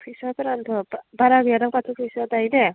फैसाफोरानोथ' बारा गैयादां पास्स' सयस' जायोदा